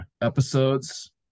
episodes